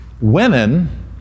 women